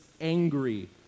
angry